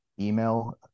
email